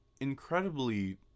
incredibly